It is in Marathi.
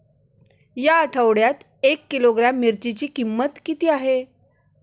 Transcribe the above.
या आठवड्यात एक किलोग्रॅम मिरचीची किंमत किती आहे?